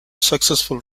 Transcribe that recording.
successful